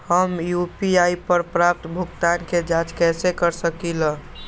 हम यू.पी.आई पर प्राप्त भुगतान के जाँच कैसे कर सकली ह?